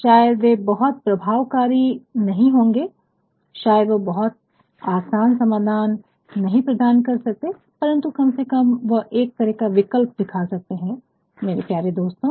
शायद वे बहुत प्रभावकारी नहीं होंगे शायद वह बहुत आसान समाधान नहीं प्रदान कर सकते हैं परंतु कम से कम वह एक तरह का विकल्प दिखा सकते हैं मेरे प्यारे दोस्तों